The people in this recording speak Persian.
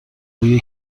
بوی